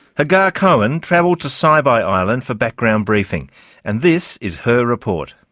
hagar cohen travelled to saibai island for background briefing and this is her report.